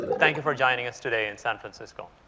thank you for joining us today in san francisco.